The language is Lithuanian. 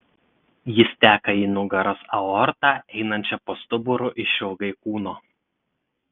jis teka į nugaros aortą einančią po stuburu išilgai kūno